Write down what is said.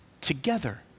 together